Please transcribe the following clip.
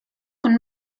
con